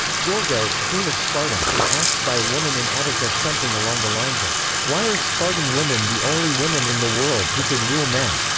gorgo, queen of sparta, was asked by a woman in attica something along the lines of, why are spartan women the only women in the world who could rule men?